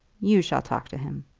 you shall talk to him.